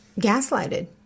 gaslighted